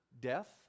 death